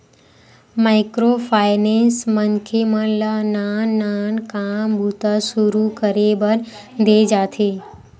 micro finance मनखे मन ल नान नान काम बूता सुरू करे बर देय जाथे